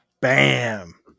Bam